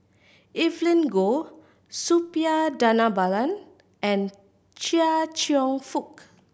Evelyn Goh Suppiah Dhanabalan and Chia Cheong Fook